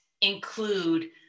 include